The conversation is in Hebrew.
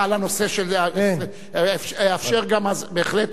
אה, על הנושא, אאפשר גם, בהחלט.